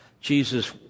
Jesus